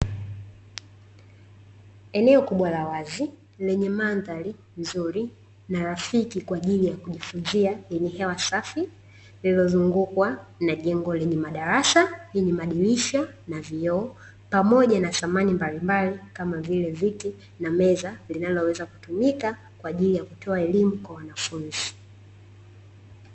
Eneo kubwa la wazi lenye mandhari nzuri na rafiki kwa ajili ya kujifunzia, lenye hewa safi lililozungukwa na jengo lenye madarasa yenye madirisha na vioo pamoja na samani mbalimbali, kama vile; viti na meza linaloweza kutumika kwa ajili ya kutoa elimu kwa wanafunzi.